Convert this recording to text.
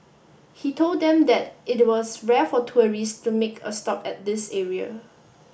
he told them that it was rare for tourists to make a stop at this area